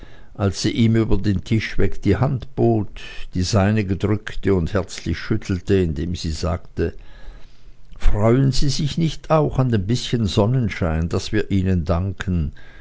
als sie ihm über den tisch weg die hand bot die seinige drückte und herzlich schüttelte indem sie sagte freuen sie sich nicht auch an dem bißchen sonnenschein das wir ihnen danken